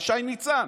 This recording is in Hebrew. על שי ניצן.